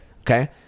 Okay